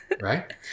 Right